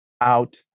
out